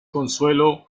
consuelo